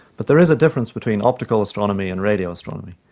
but there is a difference between optical astronomy and radio astronomy.